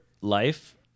life